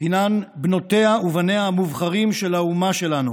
הם בנותיה ובניה המובחרים של האומה שלנו,